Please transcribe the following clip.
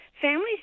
families